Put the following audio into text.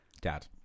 Dad